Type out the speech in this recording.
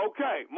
Okay